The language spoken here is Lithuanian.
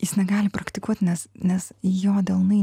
jis negali praktikuot nes nes jo delnai